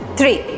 three